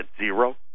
zero